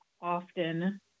often